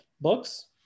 books